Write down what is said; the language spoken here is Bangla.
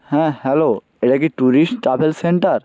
হ্যাঁ হ্যালো এটা কি ট্যুরিস্ট ট্রাভেল সেন্টার